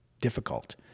difficult